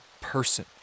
person